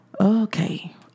Okay